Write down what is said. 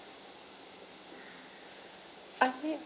I feel